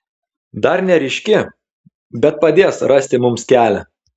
dar neryški bet padės rasti mums kelią